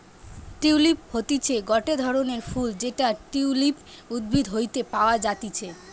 tulip হতিছে গটে ধরণের ফুল যেটা টিউলিপ উদ্ভিদ হইতে পাওয়া যাতিছে